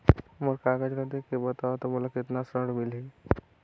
मोर कागज ला देखके बताव तो मोला कतना ऋण मिलही?